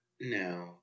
No